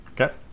Okay